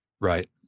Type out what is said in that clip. Right